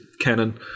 canon